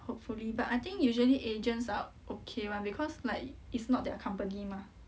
hopefully but I think usually agents are okay [one] because like it's not their company mah